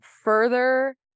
further